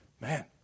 Man